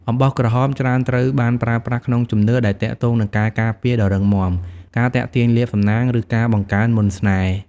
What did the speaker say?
អំបោះក្រហមច្រើនត្រូវបានប្រើប្រាស់ក្នុងជំនឿដែលទាក់ទងនឹងការការពារដ៏រឹងមាំ ការទាក់ទាញលាភសំណាង ឬការបង្កើនមន្តស្នេហ៍។